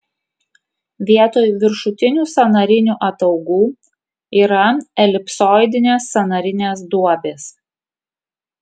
vietoj viršutinių sąnarinių ataugų yra elipsoidinės sąnarinės duobės